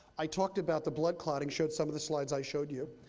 i talked about the blood clotting, showed some of the slides i showed you.